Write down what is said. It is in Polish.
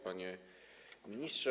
Panie Ministrze!